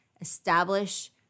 establish